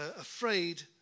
afraid